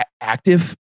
active